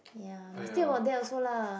ya must think about that also lah